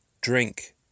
drink